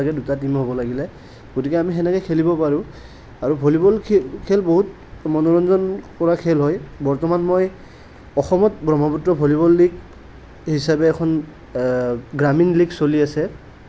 দুটা টিম হ'ব লাগিলে গতিকে আমি সেনেকৈ খেলিব পাৰোঁ আৰু ভলীবল খেল বহুত মনোৰঞ্জন কৰা খেল হয় বৰ্তমান মই অসমত ব্ৰহ্মপুত্ৰ ভলীবল লিগ হিচাপে এখন গ্ৰামীণ লিগ চলি আছে